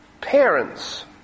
parents